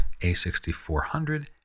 a6400